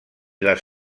les